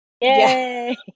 Yay